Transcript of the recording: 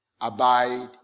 abide